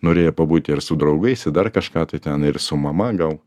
norėjo pabūti ir su draugais ir dar kažką tai ten ir su mama gal